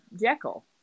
Jekyll